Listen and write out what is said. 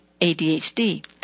ADHD